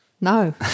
No